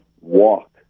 walk